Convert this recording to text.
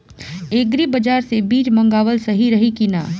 Agri बाज़ार से बीज मंगावल सही रही की ना?